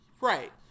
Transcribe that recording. Right